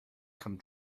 come